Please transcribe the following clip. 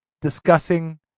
discussing